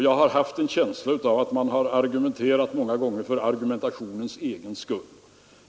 Jag har haft en känsla av att man många gånger har argumenterat för argumentationens egen skull.